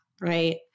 right